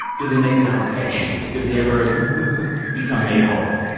do they make it out ok? did they ever become made whole?